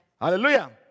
Hallelujah